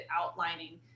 outlining